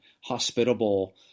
hospitable